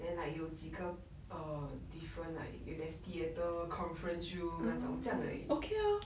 then like 有几个 err different like there's theatre conference room 那种这样而已